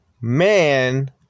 man